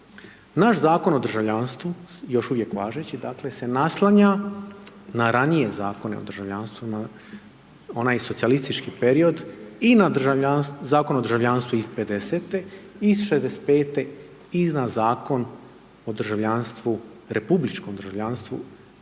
Naš Zakon o državljanstvu, još uvijek važeći se naslanja na ranije zakone o državljanstvu, na onaj socijalistički period i na Zakon o državljanstvu iz 50-e i 65-e i na Zakon o državljanstvu, republičkom državljanstvu